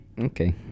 okay